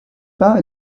pas